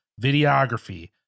videography